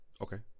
Okay